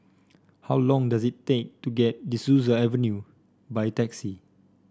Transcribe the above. how long does it take to get De Souza Avenue by taxi